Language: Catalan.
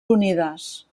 unides